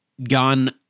gone